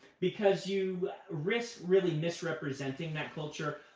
because you risk really misrepresenting that culture,